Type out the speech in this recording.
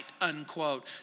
unquote